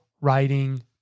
writing